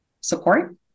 support